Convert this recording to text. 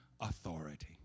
authority